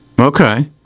okay